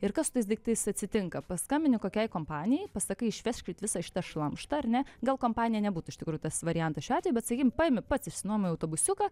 ir kas su tais daiktais atsitinka paskambini kokiai kompanijai pasakai išvežkit visą šitą šlamštą ar ne gal kompanija nebūtų iš tikrųjų tas variantas šiuo atveju bet sakykim paimi pats išsinuomoji autobusiuką